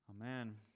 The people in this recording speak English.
Amen